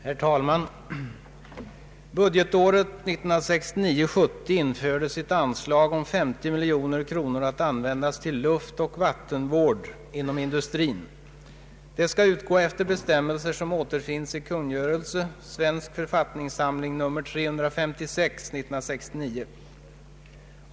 Herr talman! Budgetåret 1969/70 infördes ett anslag om 50 miljoner kronor att användas till luftoch vattenvård inom industrin. Det skall utgå efter bestämmelser som återfinns i kungörelse i Svensk författningssamling nr 356: 1969.